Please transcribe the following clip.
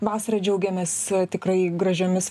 vasarą džiaugiamės tikrai gražiomis